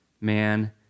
man